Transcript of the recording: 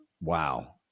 wow